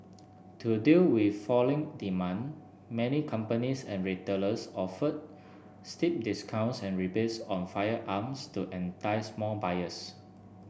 to deal with falling demand many companies and retailers offered steep discounts and rebates on firearms to entice more buyers